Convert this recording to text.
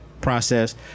process